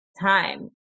time